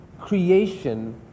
creation